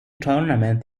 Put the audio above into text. tournament